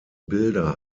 bilder